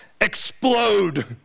explode